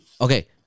Okay